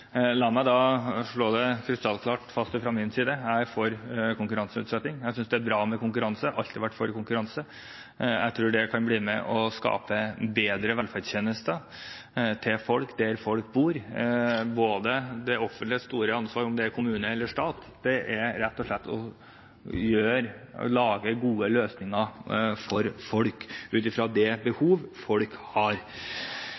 La meg slå det krystallklart fast fra min side at jeg er for konkurranseutsetting. Jeg synes det er bra med konkurranse og har alltid vært for konkurranse. Jeg tror det kan være med og skape bedre velferdstjenester for folk der folk bor. Det store offentlige ansvaret, om det er kommune eller stat, lager gode løsninger for folk ut fra det behovet folk har.